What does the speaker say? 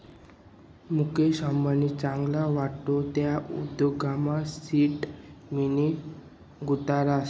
मुकेश अंबानी चांगला वाटस त्या उद्योगमा सीड मनी गुताडतस